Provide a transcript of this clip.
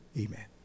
amen